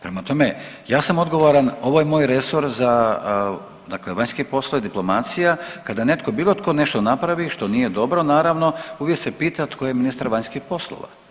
Prema tome, ja sam odgovoran, ovo je moj resor za dakle vanjski poslovi, diplomacija, kada netko bilo tko nešto napravi, što nije dobro, naravno, uvijek se pita tko je ministar vanjskih poslova.